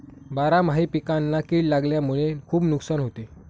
बारामाही पिकांना कीड लागल्यामुळे खुप नुकसान होते